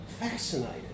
Fascinated